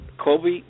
Kobe